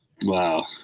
Wow